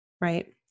right